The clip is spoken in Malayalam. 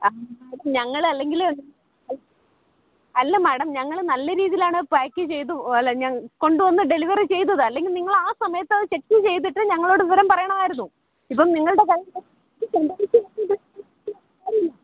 ഞങ്ങളല്ലെങ്കിൽ അല്ല മേഡം ഞങ്ങൾ നല്ല രീതിയിലാണത് പേക്ക് ചെയ്ത് അല്ല കൊണ്ടു വന്ന് ഡെലിവറി ചെയ്തത് അല്ലെങ്കിൽ നിങ്ങളാ സമയത്തത് ചെക്ക് ചെയ്തിട്ട് ഞങ്ങളോടു വിവരം പറയണമായിരുന്നു ഇപ്പം നിങ്ങളുടെ കൈയിലെത്തി സംഭവിച്ചു കഴിഞ്ഞിത് പറഞ്ഞിട്ടു കാര്യമില്ല